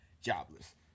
jobless